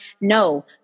No